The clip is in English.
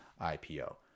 IPO